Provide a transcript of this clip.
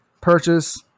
purchase